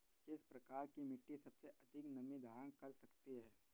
किस प्रकार की मिट्टी सबसे अधिक नमी धारण कर सकती है?